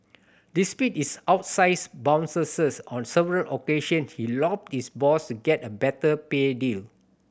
despite his outsize bonuses on several occasion he lobbied his boss to get a better pay deal